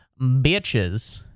bitches